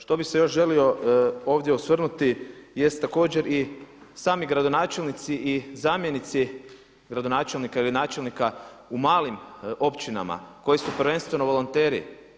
Što bih se još želio ovdje osvrnuti jest također i sami gradonačelnici i zamjenici gradonačelnika ili načelnika u malim općinama koji su prvenstveno volonteri.